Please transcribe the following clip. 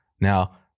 Now